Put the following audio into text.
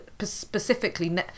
specifically